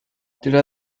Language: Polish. tyle